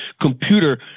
computer